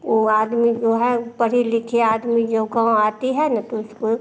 ओ आदमी जो है पढ़े लिखे आदमी जो है गाँव आती है न उसको